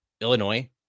Illinois